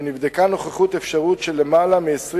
ונבדקה נוכחות אפשרית של למעלה מ-20